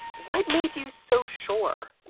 what made you so sure?